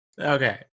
Okay